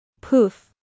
Poof